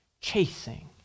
chasing